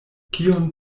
kion